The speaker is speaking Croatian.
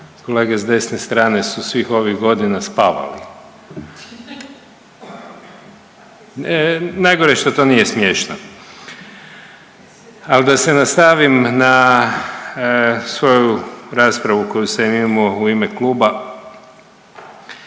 Kolege s desne strane su svih ovih godina spavali. Najgore je što to nije smiješno, ali da se nastavim na svoju raspravu koju sam imao u ime kluba.